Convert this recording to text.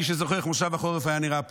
מי שזוכר איך מושב החורף נראה פה.